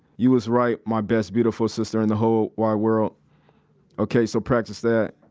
you was right, my best beautiful sister in the whole wide world okay, so practice that,